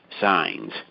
signs